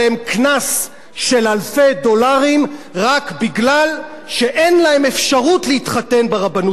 של אלפי דולרים רק מפני שאין להם אפשרות להתחתן ברבנות בישראל.